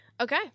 Okay